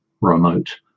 remote